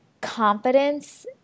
confidence